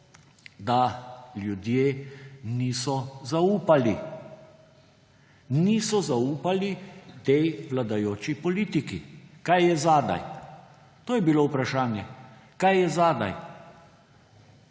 da ljudje niso zaupali, niso zaupali tej vladajoči politiki. Kaj je zadaj, to je bilo vprašanje. Kaj je zadaj?